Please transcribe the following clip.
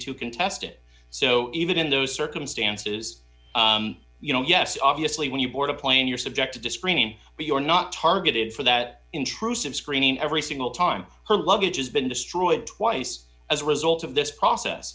to contest it so even in those circumstances you know yes obviously when you board a plane you're subject to disclaim but you're not targeted for that intrusive screening every single time her luggage has been destroyed twice as a result of this process